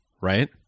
right